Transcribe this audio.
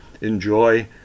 enjoy